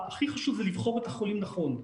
הכי חשוב, זה לבחור את החולים נכון.